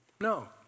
No